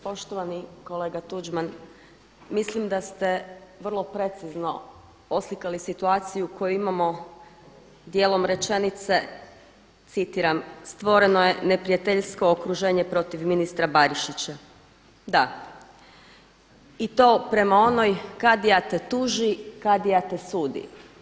Poštovani kolega Tuđman, mislim da ste vrlo precizno oslikali situaciju koju imamo djelom rečenice, citiram: „Stvoreno je neprijateljsko okruženje protiv ministra Barišića.“, da i to prema onoj „Kadija te tuži, Kadija te sudi.